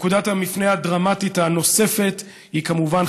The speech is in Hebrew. נקודת המפנה הדרמטית הנוספת הייתה כמובן